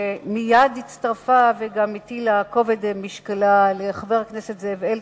שמייד הצטרפה וגם הטילה את כובד משקלה על חבר הכנסת זאב אלקין,